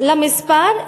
למספר.